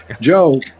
Joe